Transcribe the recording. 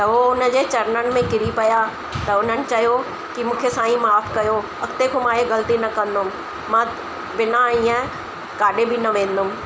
त उहो हुन जे चरननि में किरी पिया त उन्हनि चयो की मूंखे साईं माफ़ कयो अॻिते खां मां इहे ग़लिती न कंदुमि मां बिना ईअं काॾे बि न वेंदुमि